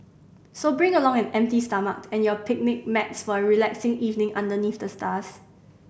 so bring along an empty stomach and your picnic mats for a relaxing evening under the stars